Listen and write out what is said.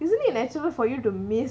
isn't it a natural for you to miss